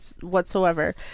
whatsoever